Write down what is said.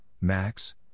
Max